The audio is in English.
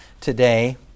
today